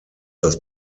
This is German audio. das